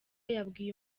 yabwiye